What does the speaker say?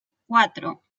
cuatro